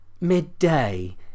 midday